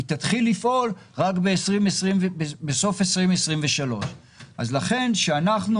היא תתחיל לפעול רק בסוף 2023. לכן כשאנחנו